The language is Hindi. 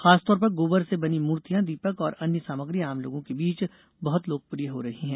खासतौर पर गोबर से बनी मूर्तियाँ दीपक और अन्य सामग्री आम लोगों के बीच बहुत लोकप्रिय हो रही हैं